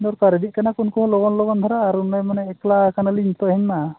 ᱫᱚᱨᱠᱟᱨ ᱤᱫᱤᱜ ᱠᱟᱱᱟ ᱠᱚ ᱩᱱᱠᱩ ᱦᱚᱸ ᱞᱚᱜᱚᱱ ᱞᱚᱜᱚᱱ ᱫᱷᱟᱨᱟ ᱟᱨ ᱨᱩᱢ ᱨᱮ ᱢᱟᱱᱮ ᱮᱠᱞᱟ ᱠᱟᱱᱟᱞᱤᱧ ᱱᱤᱛᱳᱜ ᱤᱧ ᱢᱟ